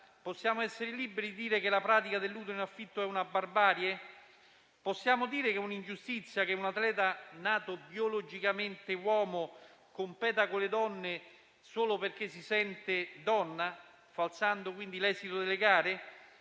Possiamo essere liberi dire che la pratica dell'utero in affitto è una barbarie? Possiamo dire che è un'ingiustizia che un atleta, nato biologicamente uomo, competa con le donne solo perché si sente donna, falsando quindi l'esito delle gare?